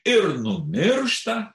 ir numiršta